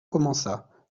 commença